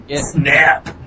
snap